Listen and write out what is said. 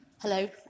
Hello